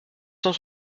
cent